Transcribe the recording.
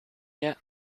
yet